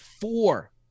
Four